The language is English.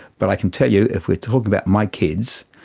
but i can tell you, if we are talking about my kids,